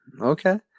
Okay